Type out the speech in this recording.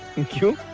thank you.